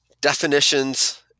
definitions